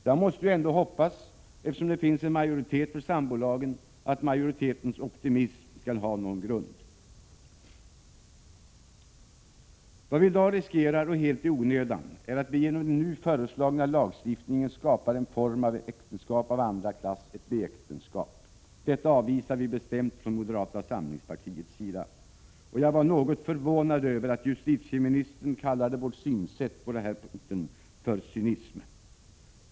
Jag måste ju ändå hoppas, eftersom det finns en majoritet för sambolagen, att majoritetens optimism skall ha någon grund. Vad vi i dag riskerar — och helt i onödan — är att vi genom den nu föreslagna lagstiftningen skapar en form av äktenskap av andra klass — ett B-äktenskap. Detta avvisar vi bestämt ifrån moderata samlingspartiets sida. Jag var något förvånad över att justitieministern kallade vårt synsätt för cynism.